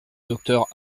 docteur